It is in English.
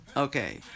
okay